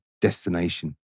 destination